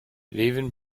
levin